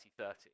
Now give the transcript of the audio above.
2030